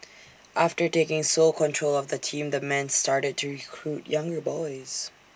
after taking sole control of the team the man started to recruit younger boys